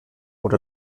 oder